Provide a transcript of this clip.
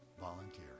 Volunteer